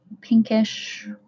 pinkish